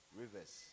rivers